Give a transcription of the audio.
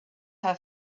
her